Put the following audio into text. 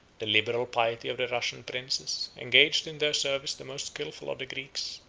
the liberal piety of the russian princes engaged in their service the most skilful of the greeks,